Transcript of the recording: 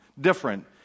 different